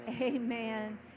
amen